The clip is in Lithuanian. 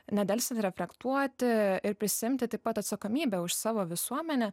nedelsiant reflektuoti ir prisiimti taip pat atsakomybę už savo visuomenę